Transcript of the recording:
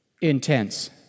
intense